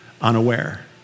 unaware